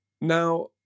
Now